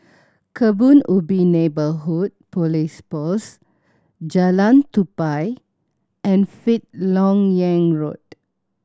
Kebun Ubi Neighbourhood Police Post Jalan Tupai and Fifth Lok Yang Road